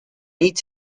need